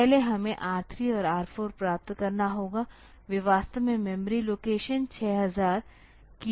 पहले हमें R3 और R4 प्राप्त करना होगा वे वास्तव में मेमोरी लोकेशन 6000 की ओर इशारा करते हैं